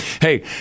Hey